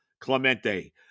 Clemente